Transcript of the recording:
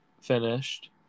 finished